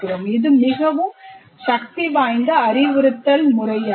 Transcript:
இது மிகவும் சக்திவாய்ந்த அறிவுறுத்தல் முறையாகும்